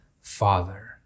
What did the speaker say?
Father